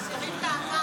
זה לא מתאים.